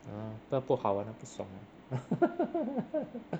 ah 这样不好玩 ah 不爽